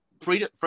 freedom